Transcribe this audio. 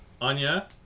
Anya